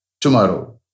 tomorrow